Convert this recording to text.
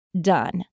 done